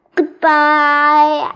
Goodbye